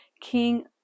King